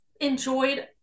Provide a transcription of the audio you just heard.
enjoyed